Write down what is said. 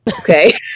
Okay